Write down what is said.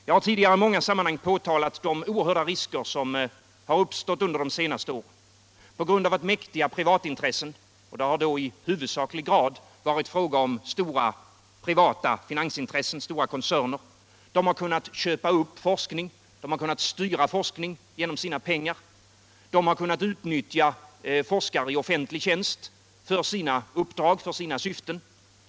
Jag har tidigare i många sammanhang påtalat de oerhörda risker som har uppstått under de senaste åren på grund av att mäktiga privatintressen — det har då huvudsakligen varit fråga om stora privata finansintressen och stora koncerner — kunnat köpa upp forskning och styra forskning genom sina pengar. De har kunnat utnyttja forskare i offentlig tjänst för sina uppdrag och sina syften.